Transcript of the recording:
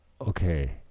okay